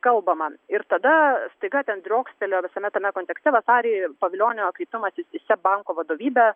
kalbama ir tada staiga ten driokstelėjo visame tame kontekste vasarį pavilionio kreipimasis į seb banko vadovybę